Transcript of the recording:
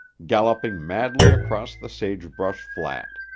galloping madly across the sagebrush flat.